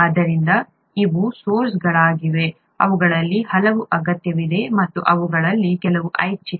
ಆದ್ದರಿಂದ ಇವು ಸೋರ್ಸ್ಗಳಾಗಿವೆ ಅವುಗಳಲ್ಲಿ ಹಲವು ಅಗತ್ಯವಿದೆ ಮತ್ತು ಅವುಗಳಲ್ಲಿ ಕೆಲವು ಐಚ್ಛಿಕ